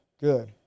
good